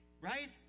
Right